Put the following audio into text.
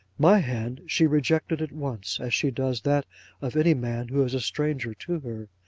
my hand she rejected at once, as she does that of any man who is a stranger to her.